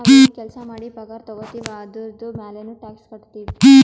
ನಾವ್ ಎನ್ ಕೆಲ್ಸಾ ಮಾಡಿ ಪಗಾರ ತಗೋತಿವ್ ಅದುರ್ದು ಮ್ಯಾಲನೂ ಟ್ಯಾಕ್ಸ್ ಕಟ್ಟತ್ತಿವ್